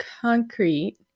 concrete